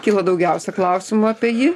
kyla daugiausiai klausimų apie jį